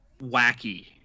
wacky